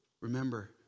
Remember